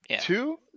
Two